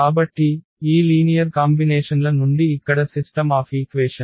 కాబట్టి ఈ లీనియర్ కాంబినేషన్ల నుండి ఇక్కడ సిస్టమ్ ఆఫ్ ఈక్వేషన్